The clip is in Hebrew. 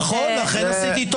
ההסתייגות